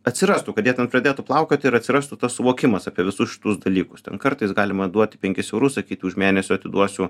atsirastų kad jie ten pradėtų plaukioti ir atsirastų tas suvokimas apie visus šitus dalykus ten kartais galima duoti penkis eurus sakyti už mėnesio atiduosiu